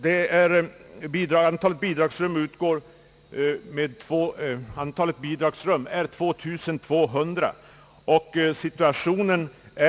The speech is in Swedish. Det av riksdagen beviljade antalet är 2200.